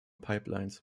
pipelines